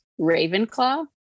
Ravenclaw